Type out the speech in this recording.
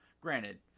Granted